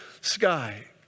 sky